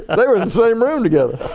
and they were in the same room together.